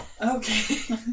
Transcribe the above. Okay